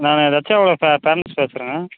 நான் லக்ஷயாவோட பேரண்ட்ஸ் பேசுறேன்